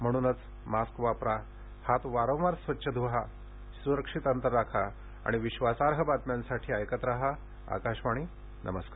म्हणूनच मास्क वापरा हात वारंवार स्वच्छ धुवा सुरक्षित अंतर राखा आणि विश्वासार्ह बातम्यांसाठी ऐकत राहा आकाशवाणी नमस्कार